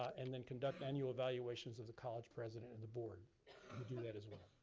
and then conduct annual evaluations of the college president and the board. you do that as well.